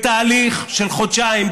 בתהליך של חודשיים,